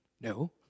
No